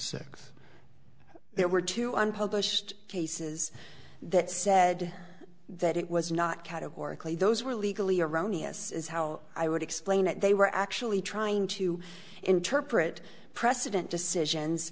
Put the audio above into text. six there were two unpublished cases that said that it was not categorically those were legally erroneous is how i would explain it they were actually trying to interpret precedent decisions